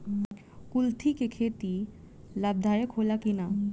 कुलथी के खेती लाभदायक होला कि न?